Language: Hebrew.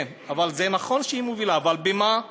כן, זה נכון שהיא מובילה, אבל במה?